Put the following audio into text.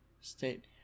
state